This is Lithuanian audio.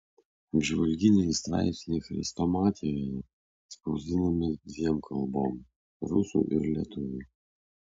apžvalginiai straipsniai chrestomatijoje spausdinami dviem kalbom rusų ir lietuvių